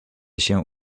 się